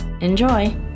Enjoy